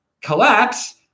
collapse